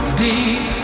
deep